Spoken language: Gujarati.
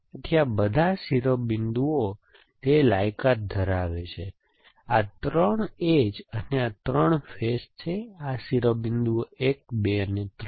તેથી આ બધા શિરોબિંદુઓ તે લાયકાત ધરાવે છે તેથી આ 3 એજ અને 3 ફેસ છે આ શિરોબિંદુઓ 1 2 અને 3